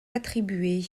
attribuer